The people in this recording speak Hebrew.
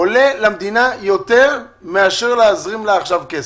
עולה למדינה יותר מאשר להזרים לה עכשיו כסף.